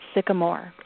Sycamore